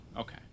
Okay